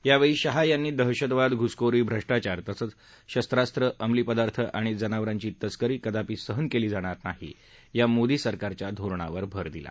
यावेळी शाह यांनी दहशतवाद घुसखोरी भष्ट्राचार तसंच शस्त्राम्र अंमली पदार्थ आणि जनावरांची तस्करी कदापि सहन केली जाणार नाही या मोदी सरकारच्या धोरणावर भर दिला